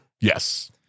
Yes